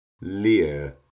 leer